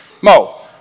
Mo